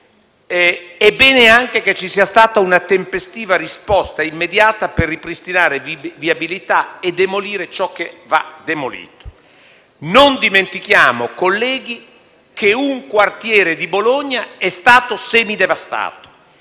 È bene anche che ci sia stata una risposta tempestiva e immediata per ripristinare viabilità e demolire ciò che va demolito. Non dimentichiamo, colleghi, che un quartiere di Bologna è stato semidevastato.